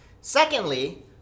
Secondly